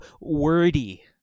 wordy